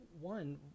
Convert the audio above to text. one